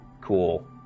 Cool